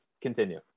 continue